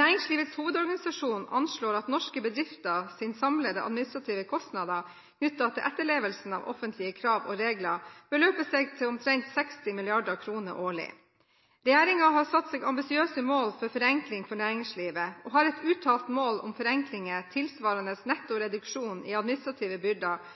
Næringslivets Hovedorganisasjon anslår at norske bedrifters samlede administrative kostnader knyttet til etterlevelsen av offentlige krav og regler beløper seg til omtrent 60 mrd. kr årlig. Regjeringen har satt seg ambisiøse mål for forenkling for næringslivet og har et uttalt mål om forenklinger tilsvarende netto reduksjon i administrative byrder